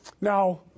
Now